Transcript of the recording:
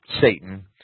Satan